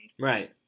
Right